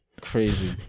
Crazy